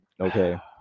Okay